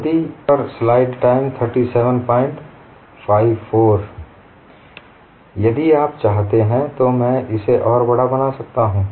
यदि आप चाहते हैं तो मैं इसे और बड़ा बना सकता हूं